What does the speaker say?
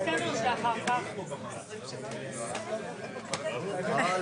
12:33.